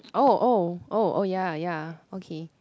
oh oh oh oh ya ya ya okay